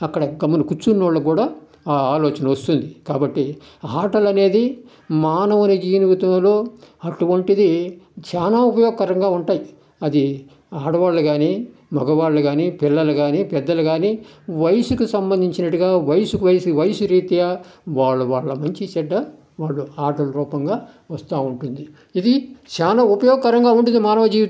అక్కడ గమ్మున కూర్చున్న వాళ్లు కూడా ఆ ఆలోచన వస్తుంది కాబట్టి ఆటలు అనేది మానవుని జీవితంలో అటువంటిది చాలా ఉపయోగకరంగా ఉంటాయి అది ఆడవాళ్లు కానీ మగవాళ్ళు కానీ పిల్లలు కానీ పెద్దలు కాని వయసుకి సంబంధించినట్టుగా వయసు వయసు వయసు రీత్యా వాళ్ల వాళ్ల మంచి చెడ్డ వాళ్ల ఆటల రూపంగా వస్తూ ఉంటుంది ఇది చాలా ఉపయోగకరంగా ఉంటుంది మానవుని జీవితంలో